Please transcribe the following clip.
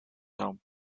home